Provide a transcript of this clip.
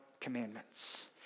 commandments